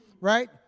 right